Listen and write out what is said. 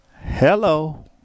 Hello